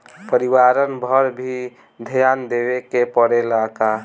परिवारन पर भी ध्यान देवे के परेला का?